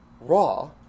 raw